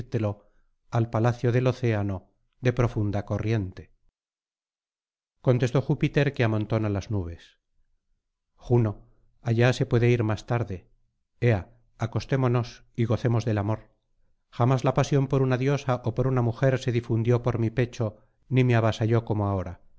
al palacio del océano de profunda corriente contestó júpiter que amontona las nubes juno allá se puede ir más tarde ea acostémonos y gocemos del amor jamás la pasión por una diosa ó por una mujer se difundió por mi pecho ni me avasalló como ahora